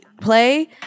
play